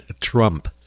Trump